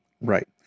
Right